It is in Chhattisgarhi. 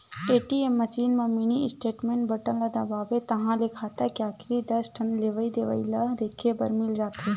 ए.टी.एम मसीन म मिनी स्टेटमेंट बटन ल दबाबे ताहाँले खाता के आखरी दस ठन लेवइ देवइ ल देखे बर मिल जाथे